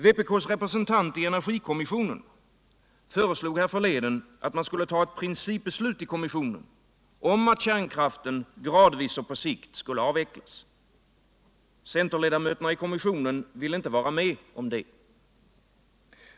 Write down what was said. Vpk:s representant i energikommissionen föreslog härförleden att man skulle ta ett principbeslut i kommissionen om att kärnkraften gradvis och på sikt skulle avvecklas. Centerledamöterna i Kommissionen ville inte vara med om det.